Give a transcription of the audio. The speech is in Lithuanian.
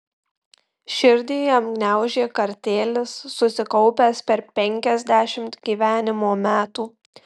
širdį jam gniaužė kartėlis susikaupęs per penkiasdešimt gyvenimo metų